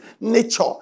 nature